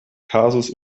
kasus